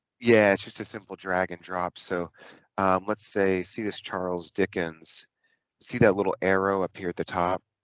yeah it's just a simple drag-and-drop so let's say see this charles dickens see that little arrow up here at the top